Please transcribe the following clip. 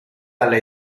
alla